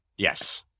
Yes